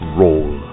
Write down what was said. roll